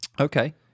Okay